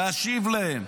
להשיב להם.